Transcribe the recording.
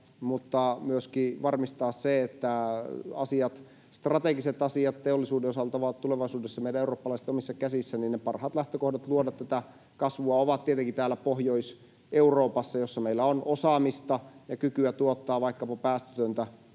myöskin varmistaa se, että strategiset asiat teollisuuden osalta ovat tulevaisuudessa meidän eurooppalaisten omissa käsissä, ovat tietenkin täällä Pohjois-Euroopassa, jossa meillä on osaamista ja kykyä tuottaa vaikkapa päästötöntä